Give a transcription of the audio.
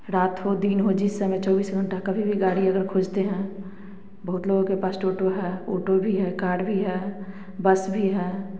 रात हो दिन हो जिस समय चौबीस घंटा कभी भी गाड़ी अगर खोजते हैं बहुत लोगो के पास टोटो है ओटो भी है कार भी हैं बस भी हैं